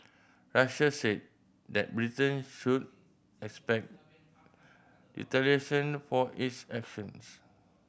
russia said that Britain should expect for its actions